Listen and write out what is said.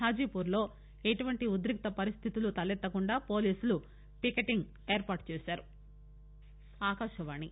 హాజీపూర్ లో ఎటువంటి ఉద్రిక్త పరిస్థితులు తలెత్తకుండా పోలీసులు పికెటింగ్ ఏర్పాటుచేశారు